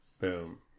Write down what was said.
boom